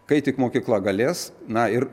kai tik mokykla galės na ir